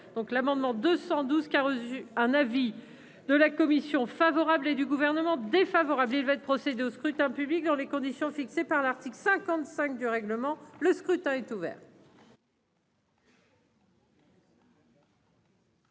donc l'amendement 212 qui a reçu un avis de la commission favorable et du gouvernement défavorable de procès de scrutin public dans les conditions fixées par l'article 55 du règlement, le scrutin est ouvert.